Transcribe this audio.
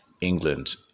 England